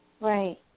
Right